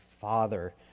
Father